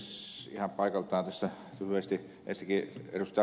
ihan paikaltaan tässä lyhyesti ensinnäkin ed